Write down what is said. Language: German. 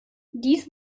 dies